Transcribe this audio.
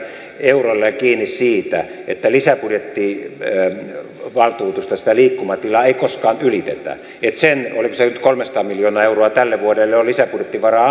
eurolleen kiinni siitä että lisäbudjettivaltuutusta sitä liikkumatilaa ei koskaan ylitetä että sitä oliko se nyt kolmesataa miljoonaa euroa tälle vuodelle joka on lisäbudjettivaraa